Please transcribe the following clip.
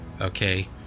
okay